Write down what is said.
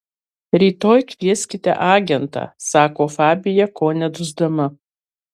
rytoj kvieskite agentą sako fabija kone dusdama